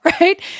right